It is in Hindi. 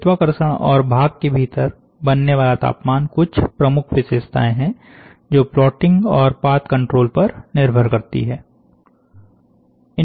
गुरुत्वाकर्षण और भाग के भीतर बनने वाला तापमान कुछ प्रमुख विशेषताएं हैं जो प्लॉटिंग और पाथ कंट्रोल पर निर्भर करती है